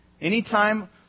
Anytime